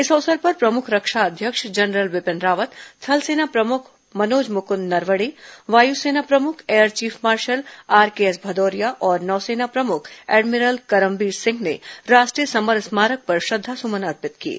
इस अवसर पर प्रमुख रक्षा अध्यक्ष जनरल बिपिन रावत थलसेना प्रमुख मनोज मुकुंद नरवणे वायुसेना प्रमुख air chief marshal R K S Bhadauria और नौसेना प्रमुख एडमिरल करमबीर सिंह ने राष्ट्रीय समर स्मारक पर श्रद्धासुमन अर्पित किये